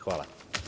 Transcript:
Hvala.